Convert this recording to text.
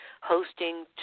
hosting